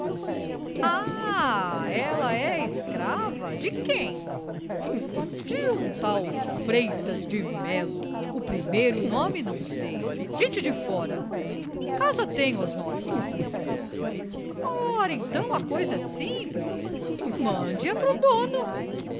ela é escrava de quem de um tal freitas de melo o primeiro nome não sei gente de fora em casa tenho as notas ora então a coisa é simples mande a pro